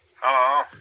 Hello